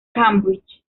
cambridge